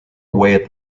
away